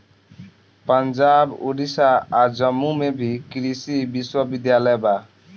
पंजाब, ओडिसा आ जम्मू में भी कृषि विश्वविद्यालय बा